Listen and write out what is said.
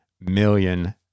million